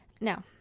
now